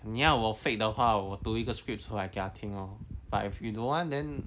你要我 fake 的话我读一个 script 出来给他听 lor but if you don't want then